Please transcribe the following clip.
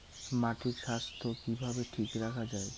মাটির স্বাস্থ্য কিভাবে ঠিক রাখা যায়?